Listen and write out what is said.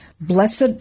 Blessed